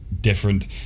Different